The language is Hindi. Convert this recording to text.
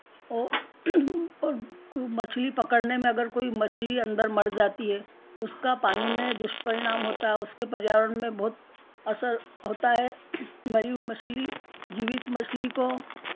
वह और कोई मछली पकड़ने में अगर कोई मछली अंदर मर जाती है उसका पानी में दुष्परिणाम होता है उसके पर्यावरण में बहुत असर होता है मरी हुई मछली जीवित मछली को